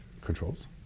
controls